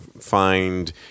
find